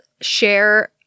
share